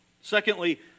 secondly